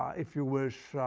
if you wish,